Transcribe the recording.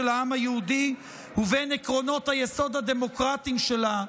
העם היהודי ובין עקרונות היסוד הדמוקרטיים שלה,